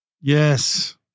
Yes